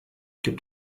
gibt